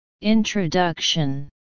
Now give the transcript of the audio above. Introduction